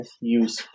use